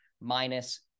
minus